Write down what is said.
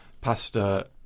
Pasta